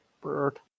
Bird